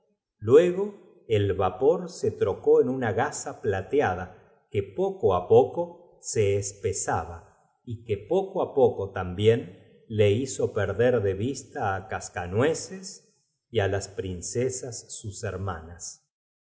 luego el vapor se trocó niña y le dijo en una gasa plateada que poco á poco se cómo puedes imaginar loquilla que espesaba y que poco á poco tnmbién le este muñeco que estú hecho de madera y hizo perder de vista cascanueces y á las trapo pueda tener vida movimiento y reprincesas sus hermanas